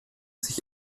sich